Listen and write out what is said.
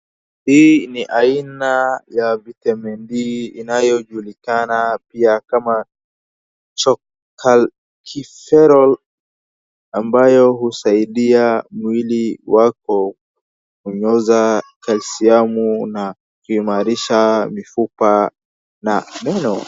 Hii ni aina ya Vitamini D inayojulikana kama pia cholicaliceferol ambayo husaidia mwili wako kunyoza calcium na kuimarisha mifupa na meno.